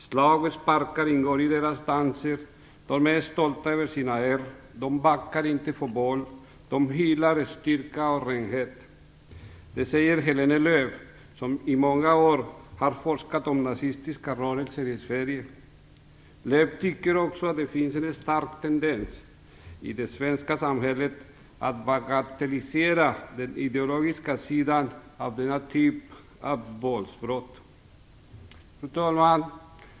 Slag och sparkar ingår i deras danser, de är stolta över sina ärr, de backar inte för våld. De hyllar styrka och renhet". Det säger Helene Lööw, som i många år har forskat om nazistiska rörelser i Sverige. Lööw tycker också att det finns en stark tendens i det svenska samhället att bagatellisera den ideologiska sidan av denna typ av våldsbrott. Fru talman!